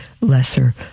lesser